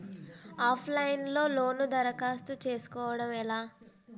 Of line లో loan దరఖాస్తు చేసుకోవడం ఎలా?